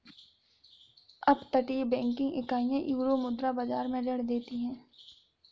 अपतटीय बैंकिंग इकाइयां यूरोमुद्रा बाजार में ऋण देती हैं